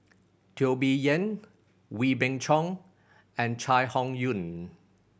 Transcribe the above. Teo Bee Yen Wee Beng Chong and Chai Hon Yoong